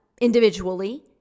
individually